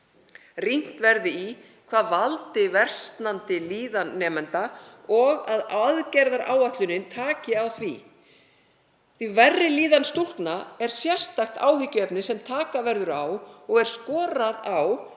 rýnt verði hvað valdi versnandi líðan nemenda og að aðgerðaáætlunin taki á því. Verri líðan stúlkna er sérstakt áhyggjuefni sem taka verður á og er skorað á